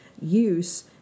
use